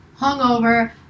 hungover